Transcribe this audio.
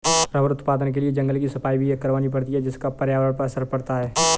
rubber उत्पादन के लिए जंगल की सफाई भी करवानी पड़ती है जिसका पर्यावरण पर असर पड़ता है